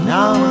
Now